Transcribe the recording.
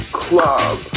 club